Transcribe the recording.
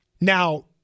Now